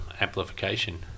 amplification